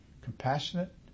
compassionate